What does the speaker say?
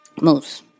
Moose